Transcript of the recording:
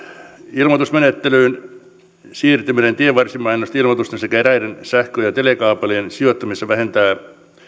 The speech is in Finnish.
ilmoitusmenettelyyn siirtyminen tienvarsimainosten ilmoitusten sekä eräiden sähkö ja telekaapelien sijoittamisessa vähentää